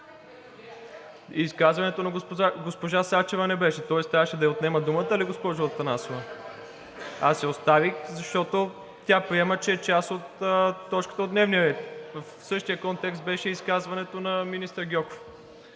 Изказването на госпожа Сачева не беше. Тоест трябваше да ѝ отнема думата ли, госпожо Атанасова? Аз я оставих, защото тя приема, че е част от точката от дневния ред. В същия контекст беше и изказването на министър Гьоков.